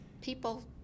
people